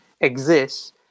exists